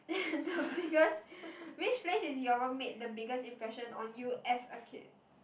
the biggest which place is made the biggest impression on you as a kid